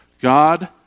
God